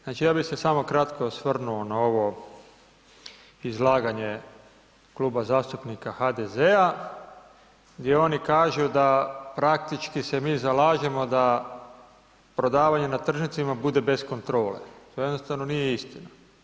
Znači ja bi se samo kratko osvrnuo na ovo izlaganje Kluba zastupnika HDZ-a, gdje oni kažu da praktički se mi zalažemo da prodavanje na tržnicama bude bez kontrole, to jednostavno nije istina.